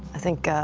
i think.